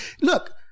look